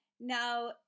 Now